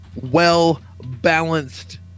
well-balanced